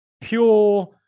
Pure